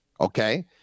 okay